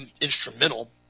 instrumental